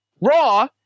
Raw